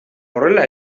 horrela